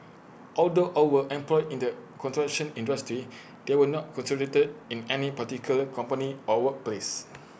although all were employed in the construction industry they were not concentrated in any particular company or workplace